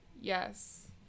yes